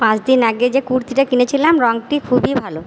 পাঁচ দিন আগে যে কুর্তিটা কিনেছিলাম রঙটি খুবই ভালো